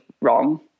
wrong